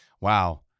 Wow